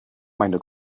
meine